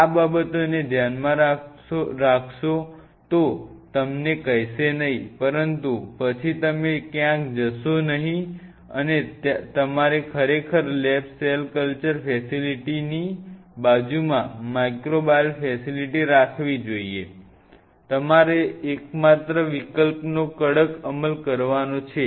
આ બાબતોને ધ્યાનમાં રાખો તે કોઈ તમને કહેશે નહીં પરંતુ પછી તમે ક્યાંય જશો નહિં અને તમારે ખરેખર લેબ સેલ કલ્ચર ફેસિલિટીની બાજુમાં માઇક્રોબાયલ ફેસિલિટી રાખ વી જોઈએ તમારે એકમાત્ર વિકલ્પનો કડક અમલ કર વાનો છે